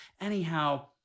Anyhow